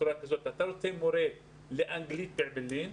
בצורה כזאת שאתה רוצה מורה לאנגלית במקום מסוים,